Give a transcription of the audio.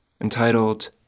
entitled